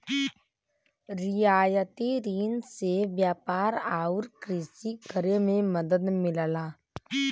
रियायती रिन से व्यापार आउर कृषि करे में मदद मिलला